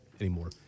anymore